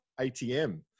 ATM